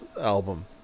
album